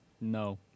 No